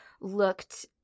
looked